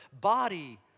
body